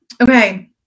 Okay